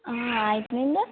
ಹಾಂ ಆಯ್ತು ನಿಂದು